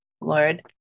Lord